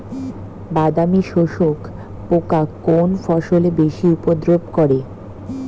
বাদামি শোষক পোকা কোন ফসলে বেশি উপদ্রব করে?